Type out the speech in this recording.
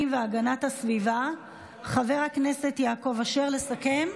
והגנת הסביבה חבר הכנסת יעקב אשר לסכם.